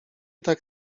tak